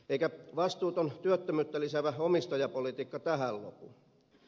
eikä vastuuton työttömyyttä lisäävä omistajapolitiikka tähän lopu